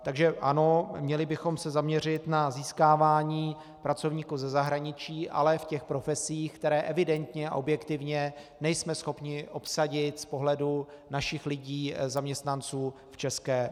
Takže ano, měli bychom se zaměřit na získávání pracovníků ze zahraničí, ale v těch profesích, které evidentně a objektivně nejsme schopni obsadit z pohledu našich lidí, zaměstnanců v ČR.